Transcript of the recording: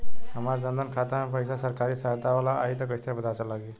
हमार जन धन खाता मे पईसा सरकारी सहायता वाला आई त कइसे पता लागी?